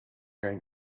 going